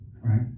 right